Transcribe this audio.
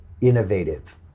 innovative